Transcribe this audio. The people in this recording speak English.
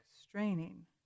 straining